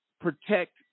protect